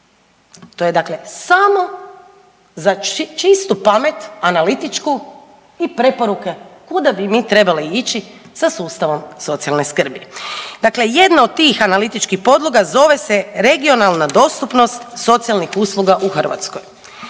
dakle, samo za čistu pamet analitičku i preporuke kuda bi mi trebali ići sa sustavom socijalne skrbi. Dakle, jedna od tih analitičkih podloga zove se Regionalna dostupnost socijalnih usluga u Hrvatskoj.